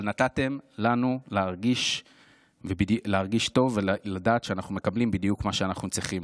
אבל נתתם לנו להרגיש טוב ולדעת שאנחנו מקבלים בדיוק מה שאנחנו צריכים.